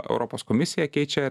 europos komisija keičia